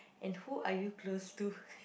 and who are you close to